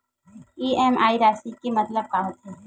EMI राशि के मतलब का होथे?